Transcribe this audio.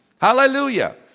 Hallelujah